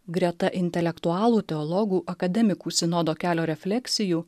greta intelektualų teologų akademikų sinodo kelio refleksijų